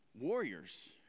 warriors